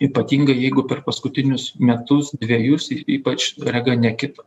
ypatingai jeigu per paskutinius metus dvejus ypač rega nekito